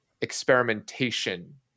experimentation